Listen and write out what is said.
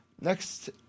next